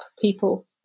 people